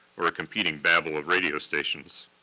or a competing babble of radio stations.